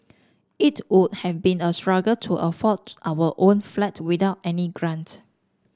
it would have been a struggle to afford our own flat without any grant